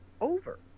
over